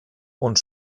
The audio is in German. und